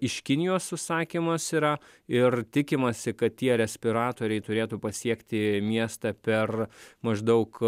iš kinijos užsakymas yra ir tikimasi kad tie respiratoriai turėtų pasiekti miestą per maždaug